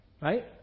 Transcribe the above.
Right